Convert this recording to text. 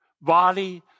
body